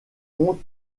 ont